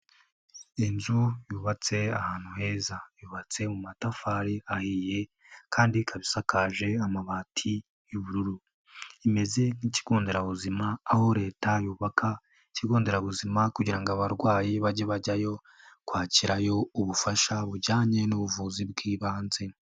Inzu yubatse ahantu heza. Yubatse mu matafari ahiye kandi ikaba isakaje amabati y'ubururu. Imeze nk'ikigo nderabuzima aho leta yubaka ikigo nderabuzima kugira ngo abarwayi bajye bajyayo, kwakirayo ubufasha bujyanye n'ubuvuzi bw'ibanze.